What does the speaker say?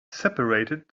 separated